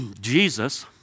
jesus